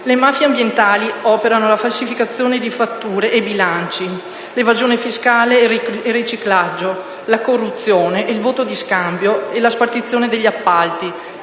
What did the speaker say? Le mafie ambientali operano la falsificazione di fatture e bilanci, l'evasione fiscale e il riciclaggio, la corruzione, il voto di scambio e la spartizione degli appalti.